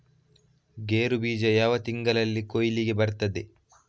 ಗೇರು ಬೀಜ ಯಾವ ತಿಂಗಳಲ್ಲಿ ಕೊಯ್ಲಿಗೆ ಬರ್ತದೆ?